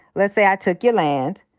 let's say i took your land.